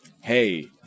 Hey